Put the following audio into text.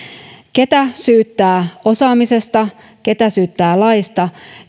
kuka syyttää osaamisesta kuka syyttää laista